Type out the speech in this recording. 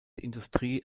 industrie